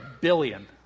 billion